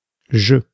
Je